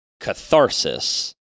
catharsis